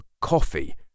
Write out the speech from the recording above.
coffee